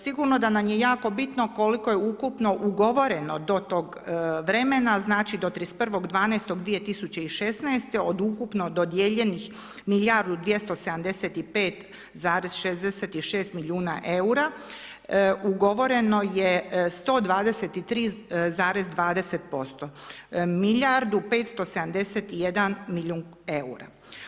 Sigurno da nam je jako bitno koliko je ukupno ugovoreno do tog vremena, znači do 31.12.2016. od ukupno dodijeljenih milijardu 275,66 milijuna eura, ugovoreno je 123,20%, Milijardu 571 milijun eura.